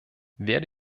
werde